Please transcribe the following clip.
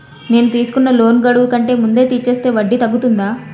నేను తీసుకున్న లోన్ గడువు కంటే ముందే తీర్చేస్తే వడ్డీ తగ్గుతుందా?